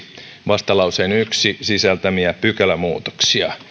vastalauseen yksi sisältämiä pykälämuutoksia